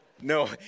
No